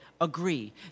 agree